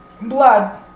blood